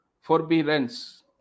forbearance